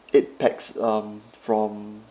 eight pax um from